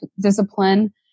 discipline